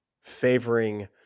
favoring